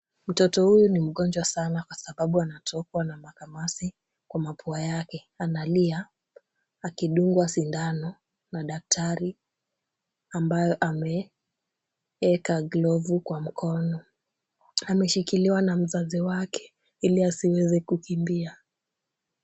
Mtoto huyu ni mgonjwa sana kwa sababu anatokwa na makamasi kwa mapua yake. Analia akidungwa sindano na daktari, ambayo ameeka glovu kwa mkono. Ameshikiliwa na mzazi wake ili asiweze kukimbia.